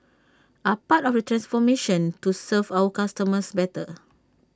are part of the transformation to serve our customers better